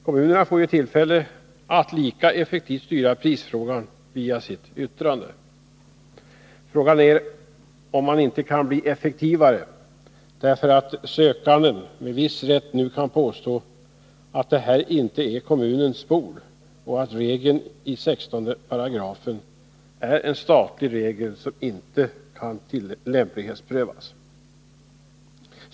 Kommunerna får ju tillfälle att lika effektivt som hittills styra prisfrågan via sitt yttrande. Frågan är om man inte kan bli effektivare, därför att sökanden med viss rätt nu kan påstå att det här inte är kommunens bord och att regeln i 16 § är en statlig regel som inte kan lämplighetsprövas.